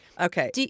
Okay